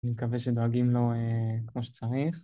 אני מקווה שדואגים לו כמו שצריך.